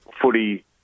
footy